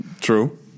True